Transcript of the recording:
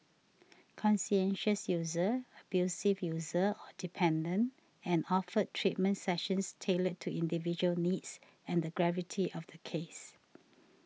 conscientious user abusive user or dependent and offered treatment sessions tailored to individual needs and the gravity of the case